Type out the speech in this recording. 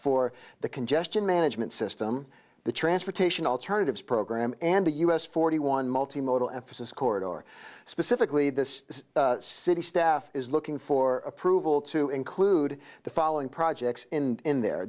for the congestion management system the transportation alternatives program and the u s forty one multi modal emphasis corridor specifically this city staff is looking for approval to include the following projects in there